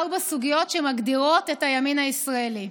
ארבע סוגיות שמגדירות את הימין הישראלי: